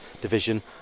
division